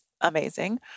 amazing